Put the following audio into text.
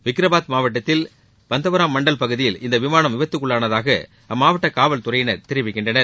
வின்பாத் மாவட்டத்தில் பந்த்வராம் மண்டல் பகுதியில் இந்த விமானம் விபத்துக்குள்ளானதாக அம்மாவட்ட காவல்துறையினர் தெரிவிக்கின்றனர்